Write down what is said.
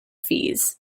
fees